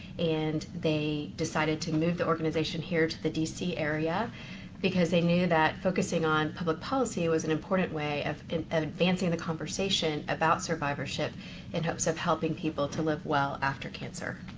and they decided to move the organization here to the d c. area because they knew that focusing on public policy was an important way of advancing the conversation about survivorship in hopes of helping people to live well after cancer.